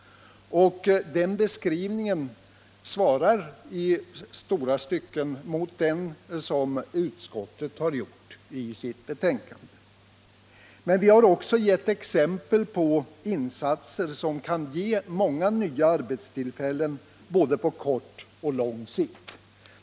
Den beskrivningen svarar i långa stycken mot den som utskottet har gjort i sitt betänkande. Men vi har också gett exempel på insatser som kan ge många nya arbetstillfällen, både på kort och på lång sikt.